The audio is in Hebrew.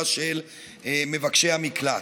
אני גם חושב שקשה להתנגד לזה.